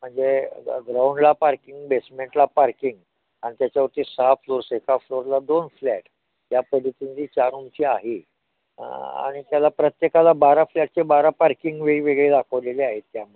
म्हणजे ग ग्राऊंडला पार्किंग बेसमेंटला पार्किंग आणि त्याच्यावरती सहा फ्लोअर्स आहेत एका फ्लोरला दोन फ्लॅट या पद्धतीनं ती चार रूमची आहे आणि त्याला प्रत्येकाला बारा फ्लॅटचे बारा पार्किंग वेगवेगळे दाखवलेले आहेत त्यामध्ये